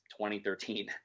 2013